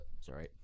sorry